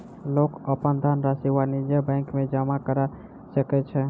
लोक अपन धनरशि वाणिज्य बैंक में जमा करा सकै छै